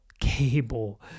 cable